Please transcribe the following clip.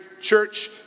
church